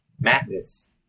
madness